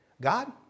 God